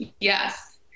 Yes